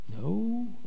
no